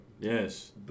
Yes